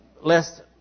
lest